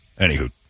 Anywho